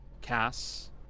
Cass